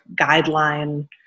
guideline